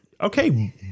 Okay